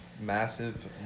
massive